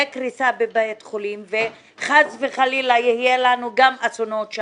קריסה בבית החולים וחס וחלילה יקרו לנו שם אסונות.